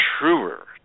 truer